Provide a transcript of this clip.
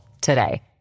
today